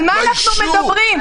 על מה אנחנו מדברים?